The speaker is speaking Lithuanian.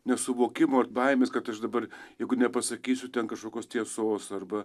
nesuvokimo ir baimės kad aš dabar jeigu nepasakysiu ten kažkokios tiesos arba